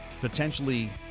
potentially